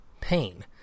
Pain